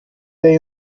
day